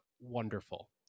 wonderful